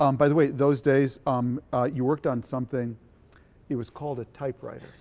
um by the way, those days um you worked on something it was called a typewriter.